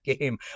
game